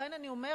ולכן אני אומרת: